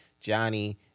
Johnny